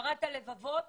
הכשרת הלבבות